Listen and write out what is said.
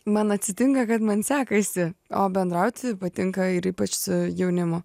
man atsitinka kad man sekasi o bendrauti patinka ir ypač su jaunimu